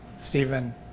Stephen